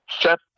set